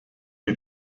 wie